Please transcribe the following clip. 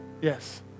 Yes